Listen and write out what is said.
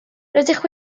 rydych